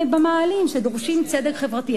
במאהלים, שדורשים צדק חברתי.